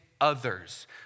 others